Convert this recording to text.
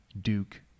Duke